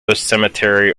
cemetery